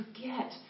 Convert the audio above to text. forget